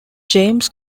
james